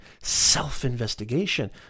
self-investigation